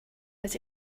was